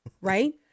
right